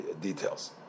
details